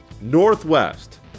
Northwest